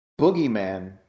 boogeyman